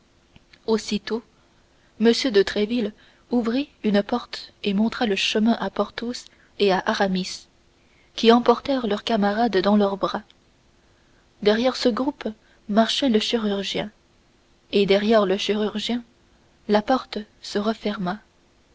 aussitôt m de tréville ouvrit une porte et montra le chemin à porthos et à aramis qui emportèrent leur camarade dans leurs bras derrière ce groupe marchait le chirurgien et derrière le chirurgien la porte se referma